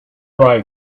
riot